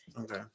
Okay